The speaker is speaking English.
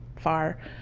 far